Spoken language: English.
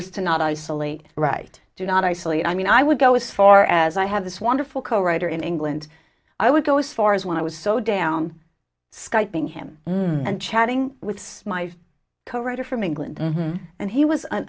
is to not isolate right do not isolate i mean i would go as far as i have this wonderful co writer in england i would go as far as when i was so down skype ing him and chatting with my co writer from england and he was an